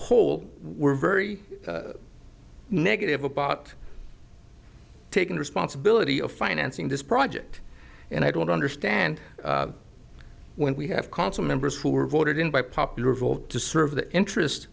whole were very negative about taking responsibility of financing this project and i don't understand when we have consul members who are voted in by popular vote to serve the interest